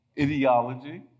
Ideology